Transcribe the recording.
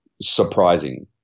surprising